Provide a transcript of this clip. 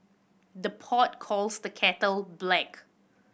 the pot calls the kettle black